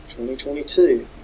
2022